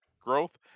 growth